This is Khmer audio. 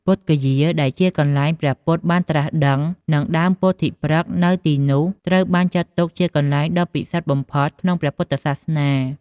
ពុទ្ធគយាដែលជា កន្លែងព្រះពុទ្ធបានត្រាស់ដឹង និងដើមពោធិព្រឹក្សនៅទីនោះ ត្រូវបានចាត់ទុកជាទីកន្លែងដ៏ពិសិដ្ឋបំផុតក្នុងព្រះពុទ្ធសាសនា។